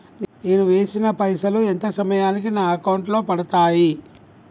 నేను వేసిన పైసలు ఎంత సమయానికి నా అకౌంట్ లో పడతాయి?